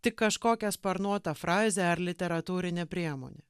tik kažkokia sparnuota frazė ar literatūrinė priemonė